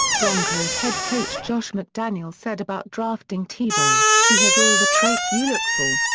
broncos head coach josh mcdaniels said about drafting tebow, he has all the traits you look for.